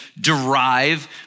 derive